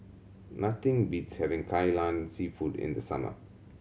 nothing beats having Kai Lan Seafood in the summer